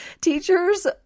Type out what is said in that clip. teachers